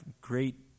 great –